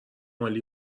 عالی